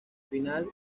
final